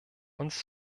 uns